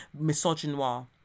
misogynoir